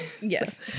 Yes